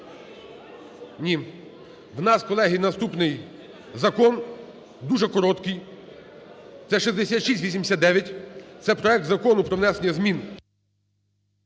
Ні! В нас, колеги, наступний закон, дуже короткий – це 6689, це проект Закону про внесення змін